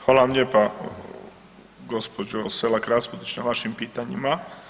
Hvala vam lijepa gospođo SElak Raspudić na vašim pitanjima.